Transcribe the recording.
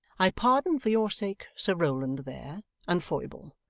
i pardon for your sake sir rowland there and foible.